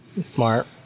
Smart